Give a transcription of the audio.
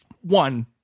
One